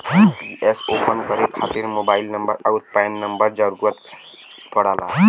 NPS open करे खातिर mobile number आउर पैन नंबर क जरुरत पड़ला